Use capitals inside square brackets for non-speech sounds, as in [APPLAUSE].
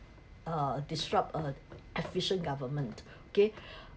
uh disrupt a efficient government okay [BREATH]